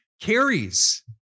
carries